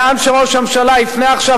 לאן שראש הממשלה יפנה עכשיו,